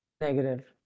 Negative